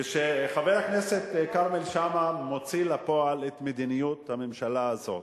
כשחבר הכנסת כרמל שאמה מוציא לפועל את מדיניות הממשלה הזאת,